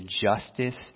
justice